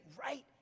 right